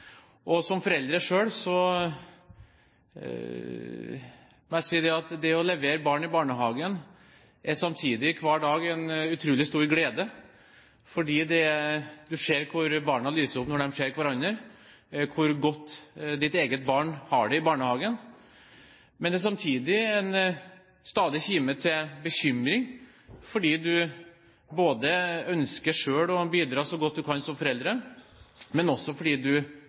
Som forelder selv må jeg si at det å levere barn i barnehagen er hver dag en utrolig stor glede, for du ser hvordan barna lyser opp når de ser hverandre, og hvor godt ditt eget barn har det i barnehagen. Men det er samtidig en stadig kime til bekymring, fordi du ønsker selv å bidra så godt du kan som forelder, men også fordi du